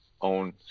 own